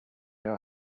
know